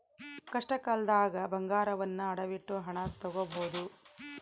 ಕಷ್ಟಕಾಲ್ದಗ ಬಂಗಾರವನ್ನ ಅಡವಿಟ್ಟು ಹಣ ತೊಗೋಬಹುದು